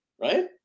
right